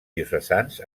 diocesans